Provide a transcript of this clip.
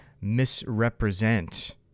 misrepresent